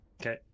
Okay